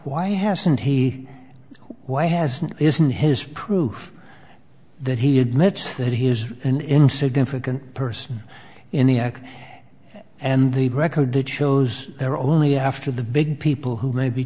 why hasn't he why hasn't isn't his proof that he admits that he is an insignificant person in the act and the record that shows they're only after the big people who may be